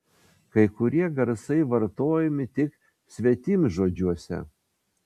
kai kurie garsai vartojami tik svetimžodžiuose